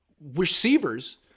receivers